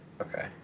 Okay